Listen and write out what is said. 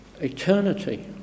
eternity